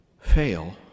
fail